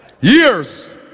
Years